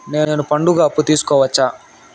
నేను పండుగ అప్పు తీసుకోవచ్చా?